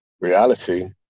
reality